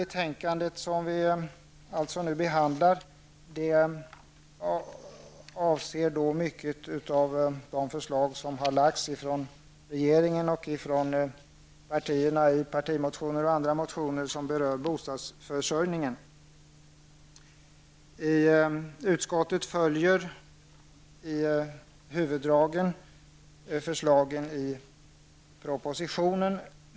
Betänkandet som vi nu behandlar avser många av de förslag som har lagts fram av regeringen och partierna i partimotioner och andra motioner som berör bostadsförsörjningen. Utskottet följer huvuddragen av förslagen i propositionen.